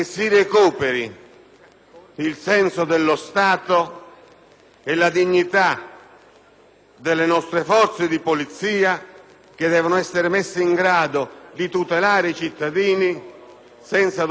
il senso dello Stato e la dignità delle nostre forze di polizia, che devono essere messe in grado di tutelare i cittadini senza dover ricorrere